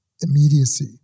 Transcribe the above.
immediacy